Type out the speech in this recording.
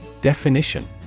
Definition